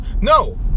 no